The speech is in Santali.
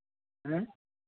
ᱦᱮᱸ